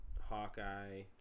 Hawkeye